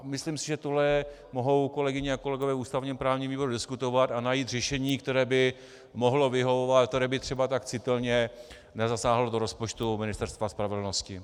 Myslím si, že tohle mohou kolegyně a kolegové v ústavněprávním výboru diskutovat a najít řešení, které by mohlo vyhovovat a které by třeba tak citelně nezasáhlo do rozpočtu Ministerstva spravedlnosti.